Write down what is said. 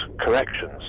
corrections